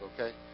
okay